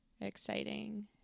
exciting